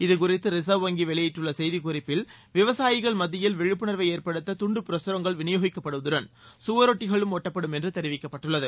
இதுகுறித்து ரிசர்வ் வங்கி வெளியிட்டுள்ள செய்திக்குறிப்பில் விவசாயிகள் மத்தியில் விழிப்புணர்வை ஏற்படுத்த துண்டு பிரகரங்கள் விநியோகிக்கப்படுவதுடன் கவரொட்டிகளும் தெரிவிக்கப்பட்டுள்ளது